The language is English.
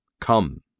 Come